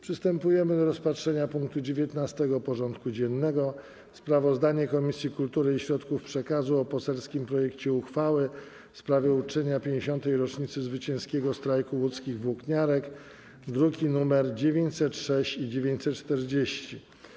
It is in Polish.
Przystępujemy do rozpatrzenia punktu 19. porządku dziennego: Sprawozdanie Komisji Kultury i Środków Przekazu o poselskim projekcie uchwały w sprawie uczczenia 50. rocznicy zwycięskiego strajku łódzkich włókniarek (druki nr 906 i 940)